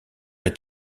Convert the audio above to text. est